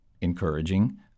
encouraging